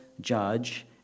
judge